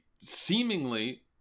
seemingly